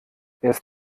erst